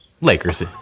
Lakers